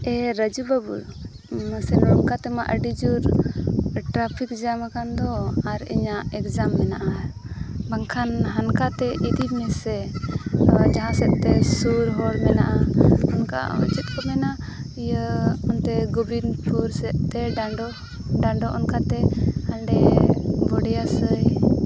ᱮ ᱨᱟᱡᱩ ᱵᱟᱹᱵᱩ ᱢᱟᱥᱮ ᱱᱚᱝᱠᱟ ᱛᱮᱢᱟ ᱟᱹᱰᱤ ᱡᱳᱨ ᱴᱨᱟᱯᱷᱤᱠ ᱡᱟᱢ ᱟᱟᱠᱟᱱ ᱫᱚ ᱟᱨ ᱤᱧᱟᱹᱜ ᱮᱠᱡᱟᱢ ᱢᱮᱱᱟᱜᱼᱟ ᱵᱟᱝᱠᱷᱟᱱ ᱦᱟᱱᱠᱟᱛᱮ ᱤᱫᱤᱧ ᱢᱮᱥᱮ ᱡᱟᱦᱟᱸ ᱥᱮᱫ ᱛᱮ ᱥᱩᱨ ᱦᱚᱨ ᱢᱮᱱᱟᱜᱼᱟ ᱚᱱᱠᱟ ᱪᱮᱫ ᱠᱚ ᱢᱮᱱᱟ ᱤᱭᱟᱹ ᱚᱱᱛᱮ ᱜᱚᱵᱤᱱᱯᱩᱨ ᱥᱮᱫ ᱛᱮ ᱰᱟᱸᱰᱚ ᱰᱟᱸᱰᱚ ᱚᱱᱠᱟᱛᱮ ᱦᱟᱸᱰᱮ ᱵᱚᱰᱤᱭᱟ ᱥᱟᱹᱭ